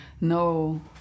no